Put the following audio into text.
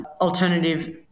alternative